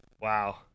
Wow